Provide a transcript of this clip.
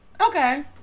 okay